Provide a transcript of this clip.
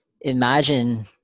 imagine